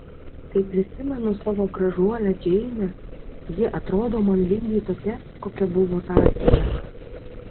kai prisimenu savo gražuolę džeinę ji atrodo man lygiai tokia kokia buvo tą akimirką